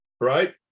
Right